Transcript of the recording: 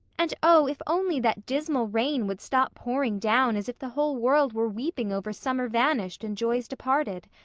and oh, if only that dismal rain would stop pouring down as if the whole world were weeping over summer vanished and joys departed!